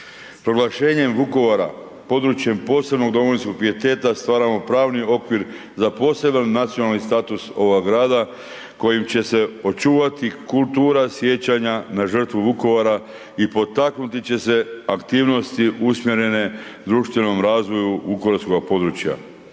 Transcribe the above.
Proglašenjem Vukovara područjem posebnog domovinskog pijeteta stvaramo pravni okvir za poseban nacionalni status ovog grada kojim će se očuvati kultura sjećanja na žrtvu Vukovara i potaknuti će se aktivnosti usmjerene društvenom razvoju vukovarskoga područja.